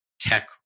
tech